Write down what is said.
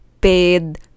paid